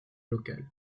local